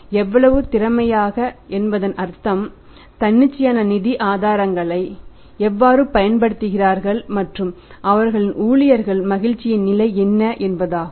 எவ்வளவு திறமையாக என்பதன் அர்த்தம் தன்னிச்சையான நிதி ஆதாரங்களை எவ்வாறு பயன்படுத்துகிறார்கள் மற்றும் அவர்களின் ஊழியர்களின் மகிழ்ச்சியின் நிலை என்ன என்பதாகும்